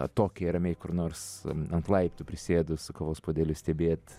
atokiai ramiai kur nors ant laiptų prisėdus su kavos puodeliu stebėt